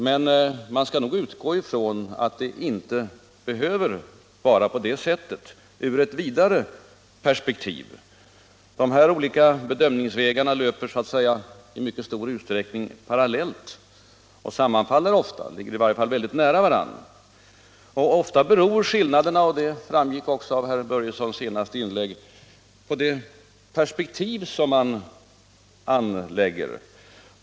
Men man skall nog utgå ifrån att det inte behöver vara på det sättet ur ett vidare perspektiv. De olika bedömningsvägarna löper i mycket stor utsträckning parallellt och sammanfaller ofta; de ligger i varje fall väldigt nära varandra. Ofta beror skillnaderna — det framgick också av herr Börjessons senaste inlägg — på det perspektiv som man anlägger.